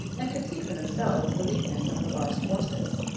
and could see for themselves the weakness of la barre's forces.